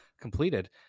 completed